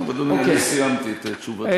טוב, אדוני, אני סיימתי את תשובתי.